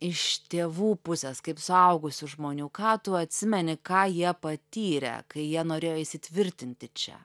iš tėvų pusės kaip suaugusių žmonių ką tu atsimeni ką jie patyrė kai jie norėjo įsitvirtinti čia